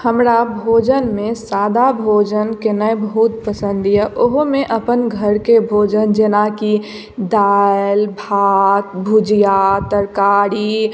हमरा भोजनमे सादा भोजन केनाय बहुत पसन्द यऽ ओहोमे अपन घरके भोजन जेना कि दालि भात भुजिया तरकारी